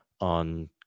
on